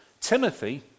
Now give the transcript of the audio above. Timothy